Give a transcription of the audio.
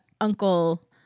Uncle